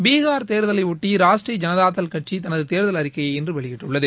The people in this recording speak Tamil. பீகார் தேர்தலையொட்டி ராஷ்டரிய ஜனதா தள் கட்சி தனது தேர்தல் அறிக்கையை இன்று வெளியிட்டுள்ளது